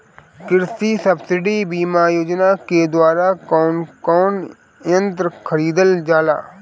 कृषि सब्सिडी बीमा योजना के द्वारा कौन कौन यंत्र खरीदल जाला?